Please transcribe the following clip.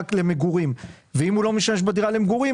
למגורים ואם הוא לא משתמש בדירה למגורים,